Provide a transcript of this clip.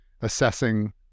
assessing